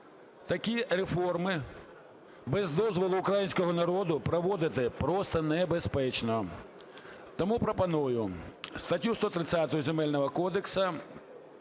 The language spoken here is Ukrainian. Такі реформи без дозволу українського народу проводити просто небезпечно. Тому пропоную статтю 130 Земельного кодексу